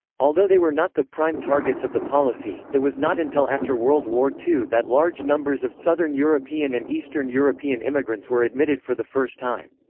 although they were not the prime targets of the policy, it was not until after world war ii that large numbers of southern european and eastern european immigrants were admitted for the first time.